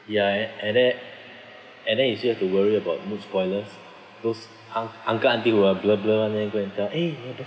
ya a~ and then and then you still have to worry about mood spoilers those un~ uncle aunty who are blur blur then go and tell eh your birthday